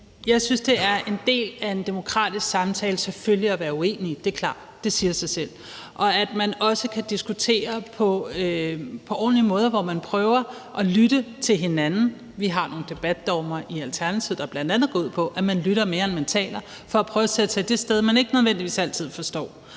selvfølgelig er en del af en demokratisk samtale at være uenige – det er klart, det siger sig selv – og at man også kan diskutere på en ordentlig måde, hvor man prøver at lytte til hinanden. Vi har nogle debatdogmer i Alternativet, der bl.a. går ud på, at man lytter mere, end man taler, for at prøve at sætte sig i det sted, som man ikke nødvendigvis altid forstår.